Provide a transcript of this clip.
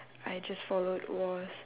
I just followed was